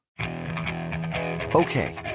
Okay